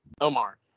Omar